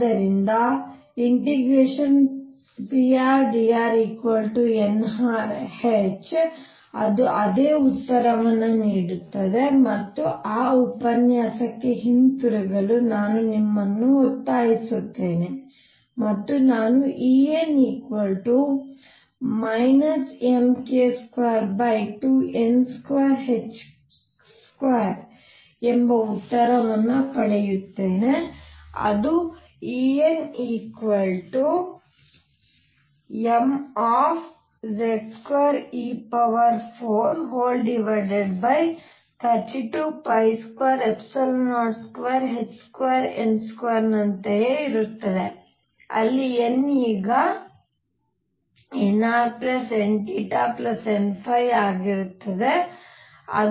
ಆದ್ದರಿಂದ ∫prdrnrh ಅದು ಅದೇ ಉತ್ತರವನ್ನು ನೀಡುತ್ತದೆ ಮತ್ತು ಆ ಉಪನ್ಯಾಸಕ್ಕೆ ಹಿಂತಿರುಗಲು ನಾನು ನಿಮ್ಮನ್ನು ಒತ್ತಾಯಿಸುತ್ತೇನೆ ಮತ್ತು ನಾನು En mk22n22 ಎಂಬ ಉತ್ತರವನ್ನು ಪಡೆಯುತ್ತೇನೆ ಅದು En mZ2e4322022n2 ನಂತೆಯೇ ಇರುತ್ತದೆ ಅಲ್ಲಿ n ಈಗ nrnn ಆಗಿರುತ್ತದೆ